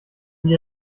sie